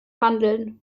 handeln